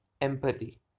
empathy